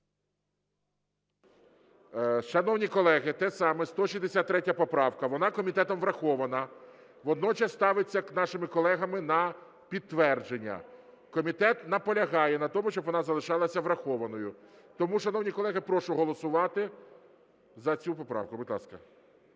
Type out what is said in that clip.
Шановні колеги, те саме, 163 поправка. Вона комітетом врахована. Водночас ставиться нашими колегами на підтвердження. Комітет наполягає на тому, щоб вона залишалася врахованою. Тому, шановні колеги, прошу голосувати за цю поправку,